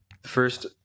first